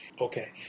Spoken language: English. okay